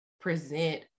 present